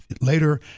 later